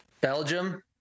belgium